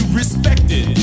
respected